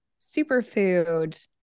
superfood